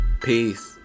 Peace